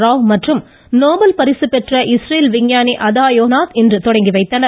ராவ் மற்றும் நோபல் பரிசு பெற்ற இஸ்ரேல் விஞ்ஞானி அதா யோநாத் ஆகியோர் தொடங்கி வைத்தனர்